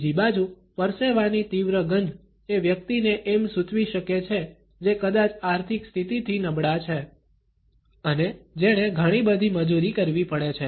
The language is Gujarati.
બીજી બાજુ પરસેવાની તીવ્ર ગંધ એ વ્યક્તિને એમ સૂચવી શકે છે જે કદાચ આર્થિક સ્થિતિથી નબળા છે અને જેણે ઘણી બધી મજૂરી કરવી પડે છે